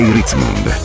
Ritzmond